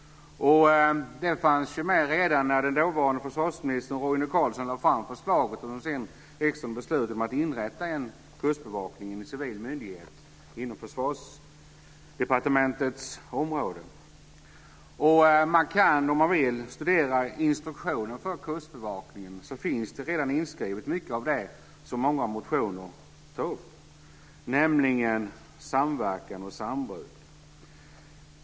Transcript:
Det fanns med redan när den dåvarande försvarsministern Roine Carlsson lade fram förslaget och riksdagen sedan beslutade att inrätta en kustbevakning, en civil myndighet inom Försvarsdepartementets område. Man kan, om man vill, studera instruktionen för Kustbevakningen. Där finns mycket av det som många av motionerna tar upp redan inskrivet. Det gäller samverkan och sambruk.